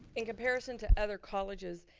in comparison to other colleges,